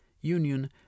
Union